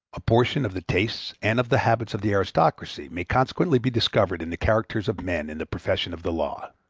a portion of the tastes and of the habits of the aristocracy may consequently be discovered in the characters of men in the profession of the law.